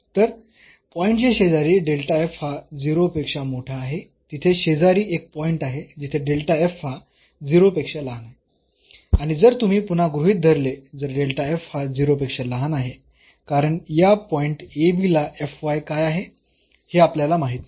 तर पॉईंट च्या शेजारी हा 0 पेक्षा मोठा आहे तिथे शेजारी एक पॉईंट आहे जिथे हा 0 पेक्षा लहान आहे आणि जर तुम्ही पुन्हा गृहीत धरले जर हा 0 पेक्षा लहान आहे कारण या पॉईंट ला काय आहे हे आपल्याला माहित नाही